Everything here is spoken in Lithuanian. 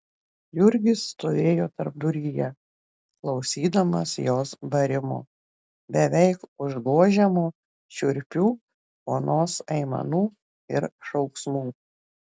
jurgis stovėjo tarpduryje klausydamas jos barimo beveik užgožiamo šiurpių onos aimanų ir šauksmų